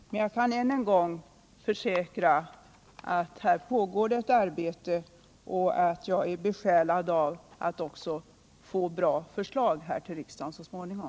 Men jag kan än en gång försäkra att här pågår det ett arbete och jag är besjälad av att också få fram bra förslag till riksdagen så småningom.